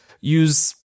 use